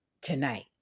tonight